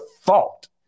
fault